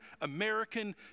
American